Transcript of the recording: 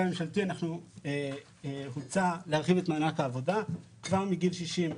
הממשלתי הוצע להרחיב את מענק העבודה כבר מגיל 60,